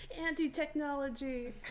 anti-technology